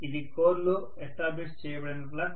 ఇది కోర్ లో ఎస్టాబ్లిష్ చేయబడిన ఫ్లక్స్